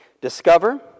Discover